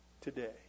today